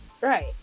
Right